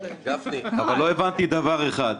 אבל לא הבנתי דבר אחד,